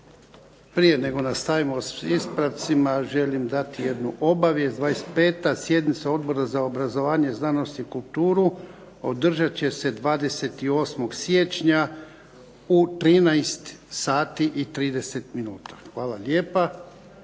Prije nego nastavimo s ispravcima, želim dati jednu obavijest. 25. sjednica Odbora za obrazovanje, znanost i kulturu održat će se 28. siječnja u 13 sati i